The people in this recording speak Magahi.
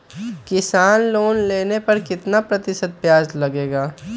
किसान लोन लेने पर कितना प्रतिशत ब्याज लगेगा?